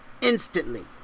Instantly